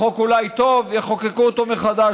החוק אולי טוב, יחוקקו אותו מחדש.